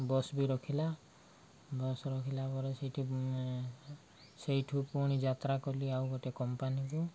bus ବି ରଖିଲା bus ରଖିଲା ପରେ ସେଇଠି ସେଇଠୁ ପୁଣି ଯାତ୍ରା କଲି ଆଉ ଗୋଟେ କମ୍ପାନୀକୁ